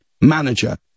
manager